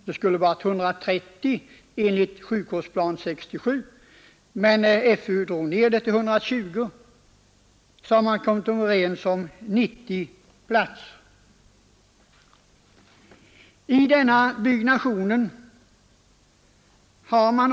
Det skulle ha varit 130 enligt sjukvärdsplan 67, men FU hade minskat antalet till 120.